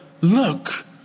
Look